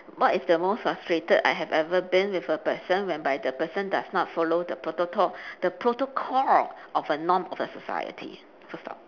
what is the most frustrated I have ever been with a person whereby the person does not follow the protocol the protocol of a norm of the society full stop